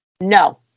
no